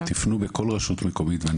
תפנו בכל רשות מקומית,